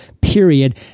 period